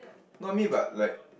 not me but like